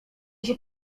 się